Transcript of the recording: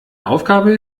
aufgabe